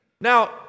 Now